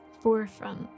forefront